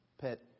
pet